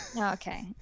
Okay